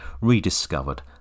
rediscovered